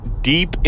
deep